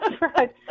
Right